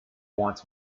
wants